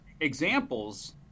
examples